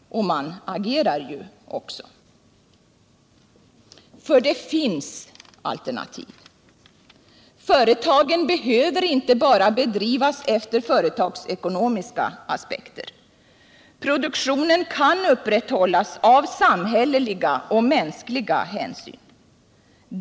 Man agerar också, för det finns alternativ. Företagen behöver inte drivas bara efter företagsekonomiska linjer. Produktionen kan upprätthållas av samhälleliga och mänskliga hänsyn.